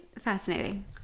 fascinating